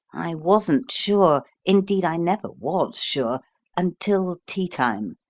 i wasn't sure indeed, i never was sure until tea-time,